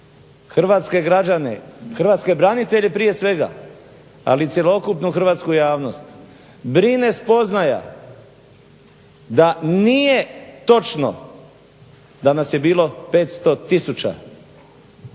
hrvatske građane, hrvatske branitelje prije svega, ali i cjelokupnu hrvatsku javnost brine spoznaja da nije točno da nas je bilo 500 tisuća